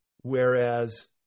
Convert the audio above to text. whereas